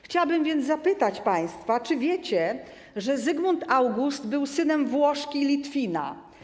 Chciałabym więc zapytać państwa: Czy wiecie, że Zygmunt August był synem Włoszki i Litwina?